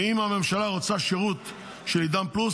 ואם הממשלה רוצה שירות של עידן פלוס